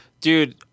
Dude